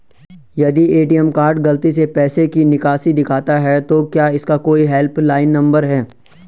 यदि ATM card गलती से पैसे की निकासी दिखाता है तो क्या इसका कोई हेल्प लाइन नम्बर है?